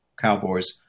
Cowboys